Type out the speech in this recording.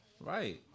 Right